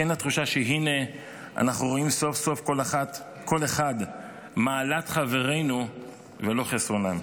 כן לתחושה שהינה אנחנו רואים סוף-סוף כל אחד מעלות חברינו ולא חסרונן.